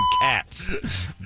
cats